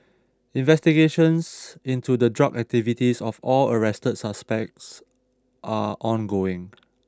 investigations into the drug activities of all arrested suspects are ongoing